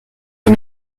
ces